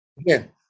Again